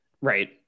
Right